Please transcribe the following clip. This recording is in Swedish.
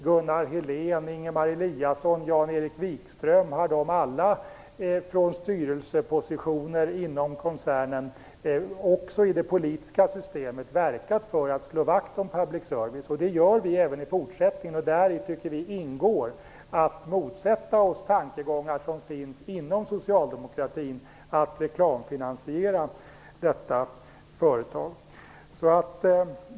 Gunnar Helén, Ingemar Eliasson och Jan-Erik Wikström har alla från styrelsepositioner inom koncernen verkat också i det politiska systemet för att slå vakt om public service-företag. Vi kommer att göra det även i fortsättningen. Däri tycker vi ingår att motsätta oss tankegångar som finns inom socialdemokratin att reklamfinansiera detta företag.